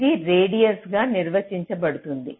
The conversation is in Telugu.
ఇది రేడియస్ గా నిర్వచించ బడుతుంది